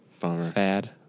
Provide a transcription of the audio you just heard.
Sad